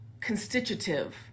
constitutive